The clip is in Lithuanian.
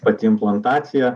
pati implantacija